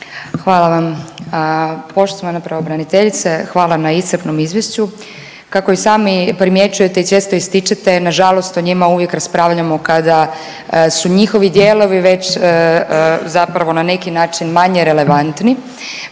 Hvala vam. Poštovana pravobraniteljice hvala na iscrpnom izvješću. Kako i sami primjećujete i često ističete nažalost o njima uvijek raspravljamo kada su njihovi dijelovi već zapravo na neki način manje relevantni,